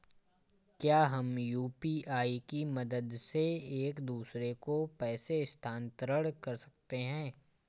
क्या हम यू.पी.आई की मदद से एक दूसरे को पैसे स्थानांतरण कर सकते हैं?